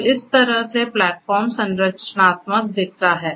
तो इस तरह से प्लेटफॉर्म संरचनात्मक दिखता है